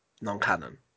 non-canon